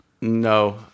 No